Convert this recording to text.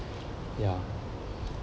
ya